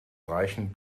reichen